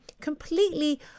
completely